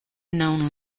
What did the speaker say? known